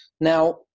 Now